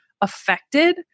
affected